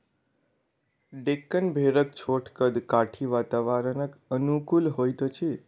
डेक्कन भेड़क छोट कद काठी वातावरणक अनुकूल होइत अछि